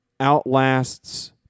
outlasts